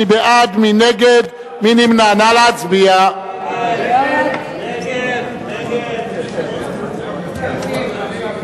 ההצעה להסיר מסדר-היום את הצעת חוק